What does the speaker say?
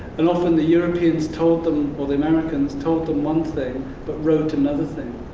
and often the europeans told them or the americans told them one thing but wrote another thing.